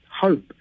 hope